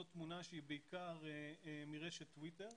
זאת תמונה שהיא בעיקר מרשת טוויטר.